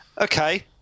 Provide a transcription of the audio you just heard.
Okay